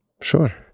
Sure